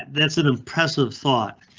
that's an impressive thought,